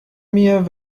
mir